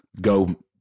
go